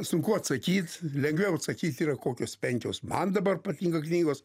sunku atsakyt lengviau atsakyt yra kokios penkios man dabar patinka knygos